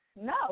no